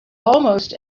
almost